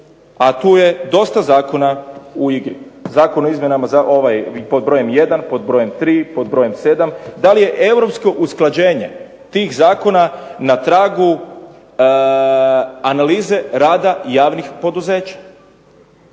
a tu je dosta zakona u igri. Zakon o izmjenama Zakona, ovaj pod br. 1., pod br. 3., pod br. 7. da li je europsko usklađenje tih zakona na tragu analize rada javnih poduzeća?